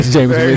James